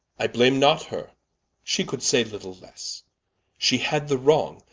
i blame not her she could say little lesse she had the wrong.